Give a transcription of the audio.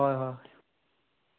ꯍꯣꯏ ꯍꯣꯏ ꯍꯣꯏ